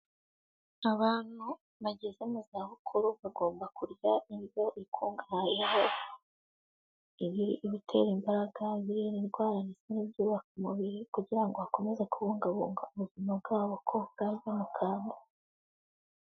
Abantu bageze mu zabukuru bagomba kurya indyo ikungahayeho ibitera imbaraga ibirinda indwara ndetse n'ibyubaka umubiri kugira ngo bakomeze kubungabunga ubuzima bwabo ko bwajya mu kaga.